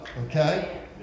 okay